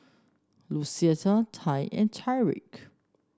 Lucetta Ty and Tyrik